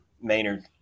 Maynard